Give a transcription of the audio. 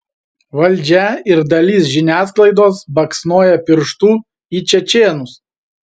valdžia ir dalis žiniasklaidos baksnoja pirštu į čečėnus